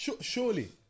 Surely